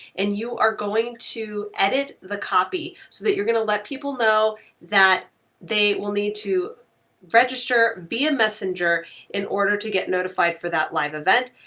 and you are going to edit the copy so that you're gonna let people know that they will need to register via messenger in order to get notified for that live event,